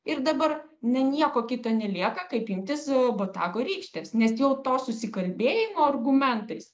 ir dabar nu nieko kito nelieka kaip imtis e botago rykštės nes jau to susikalbėjimo argumentais